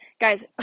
Guys